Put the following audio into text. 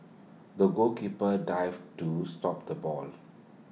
the goalkeeper dived to stop the ball